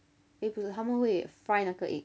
eh 不是他们会 fry 那个 egg